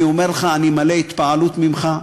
אני אומר לך, אני מלא התפעלות ממך.